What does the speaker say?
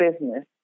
business